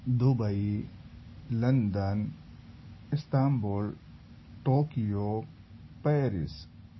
Dubai London Istanbul Tokyo Paris